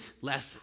less